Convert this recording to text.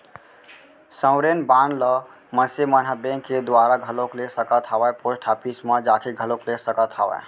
sovereign bond ल मनसे मन ह बेंक के दुवारा घलोक ले सकत हावय पोस्ट ऑफिस म जाके घलोक ले सकत हावय